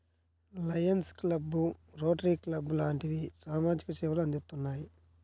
Lions club, Rotary club లాంటివి సామాజిక సేవలు అందిత్తున్నాయి